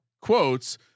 quotes